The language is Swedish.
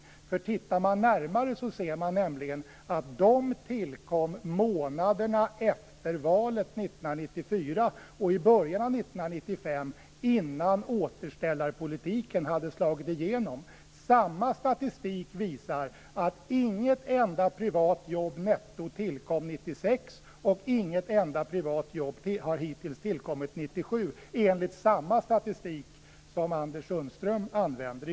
Om man tittar närmare ser man nämligen att de tillkom månaderna efter valet 1994 och i början av 1995, innan återställarpolitiken hade slagit igenom. Samma statistik visar att inte ett enda privat jobb netto tillkom 1996. Och inte ett enda privat jobb har hittills tillkommit 1997, enligt samma statistik som Anders Sundström använder.